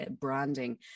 branding